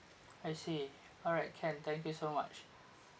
I see alright can thank you so much